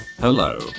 Hello